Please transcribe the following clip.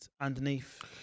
underneath